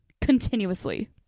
Continuously